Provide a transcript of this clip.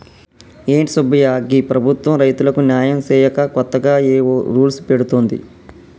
ఏంటి సుబ్బయ్య గీ ప్రభుత్వం రైతులకు న్యాయం సేయక కొత్తగా ఏవో రూల్స్ పెడుతోంది